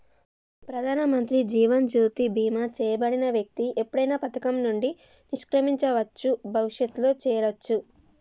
ప్రధానమంత్రి జీవన్ జ్యోతి బీమా చేయబడిన వ్యక్తి ఎప్పుడైనా పథకం నుండి నిష్క్రమించవచ్చు, భవిష్యత్తులో చేరొచ్చు